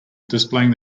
displaying